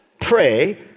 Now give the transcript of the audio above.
pray